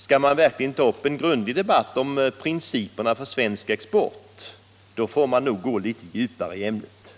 Skall man verkligen ta upp en grundlig debatt om principerna för svensk export får man nog gå litet djupare ned i ämnet.